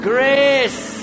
Grace